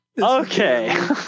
okay